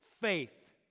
Faith